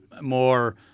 More